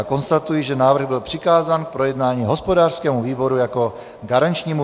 Konstatuji, že návrh byl přikázán k projednání hospodářskému výboru jako výboru garančnímu.